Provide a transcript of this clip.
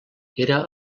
era